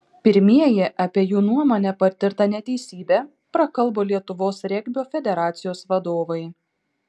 pirmieji apie jų nuomone patirtą neteisybę prakalbo lietuvos regbio federacijos vadovai